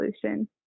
solution